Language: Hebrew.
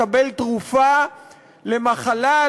לקבל תרופה למחלה,